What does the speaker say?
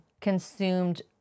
consumed